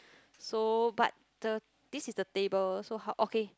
so but the this is the table so how okay